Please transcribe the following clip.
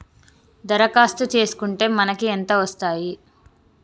దరఖాస్తు చేస్కుంటే మనకి ఎంత వస్తాయి?